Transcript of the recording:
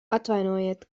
atvainojiet